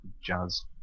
Jazz